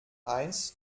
eins